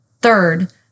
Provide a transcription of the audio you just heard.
Third